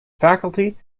faculty